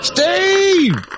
Steve